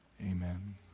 Amen